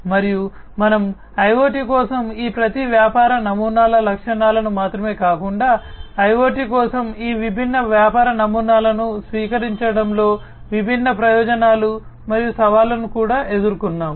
మరియు మనము IoT కోసం ఈ ప్రతి వ్యాపార నమూనాల లక్షణాలను మాత్రమే కాకుండా ఐయోటి కోసం ఈ విభిన్న వ్యాపార నమూనాలను స్వీకరించడంలో విభిన్న ప్రయోజనాలు మరియు సవాళ్లను కూడా ఎదుర్కొన్నాము